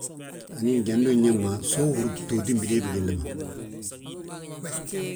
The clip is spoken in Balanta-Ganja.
Anín jandu unyeŋma so uhúti btooti bidée bigilli ma.